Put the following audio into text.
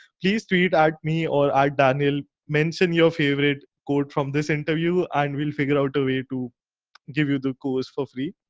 please tweet at me or i daniel mentioned your favorite quote from this interview and we'll figure out a way to give you the course for free.